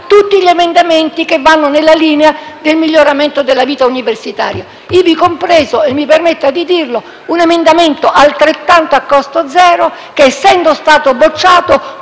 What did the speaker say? tutti gli emendamenti che vanno in direzione del miglioramento della vita universitaria, ivi compreso - e mi permetta di dirlo - un emendamento altrettanto a costo zero che, essendo stato bocciato,